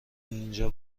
اینجا